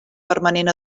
permanent